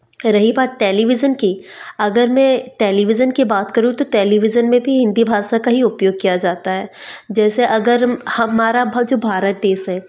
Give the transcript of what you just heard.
रही बात टेलीविजन की अगर मैं टेलीविज़न की बात करूँ तो टेलीविज़न में भी हिंदी भाषा का ही उपयोग किया जाता है जैसे अगर हमारा भज भारत देश है